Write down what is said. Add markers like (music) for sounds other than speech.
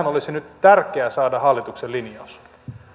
(unintelligible) olisi nyt tärkeää saada hallituksen linjaus